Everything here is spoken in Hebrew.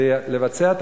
לבצע את